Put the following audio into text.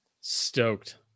Stoked